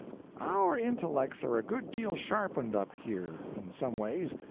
our intellects are a good deal sharpened up, here, in some ways,